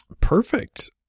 Perfect